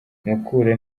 mukura